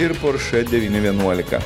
ir porsche devyni vienuolika